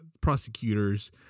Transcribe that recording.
prosecutors